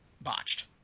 botched